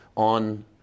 on